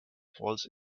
falls